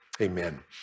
Amen